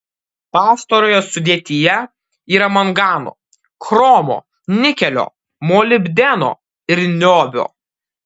pastarojo sudėtyje yra mangano chromo nikelio molibdeno ir niobio